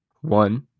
one